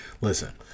Listen